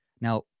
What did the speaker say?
Now